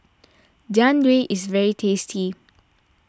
Jian Dui is very tasty